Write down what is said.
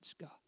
God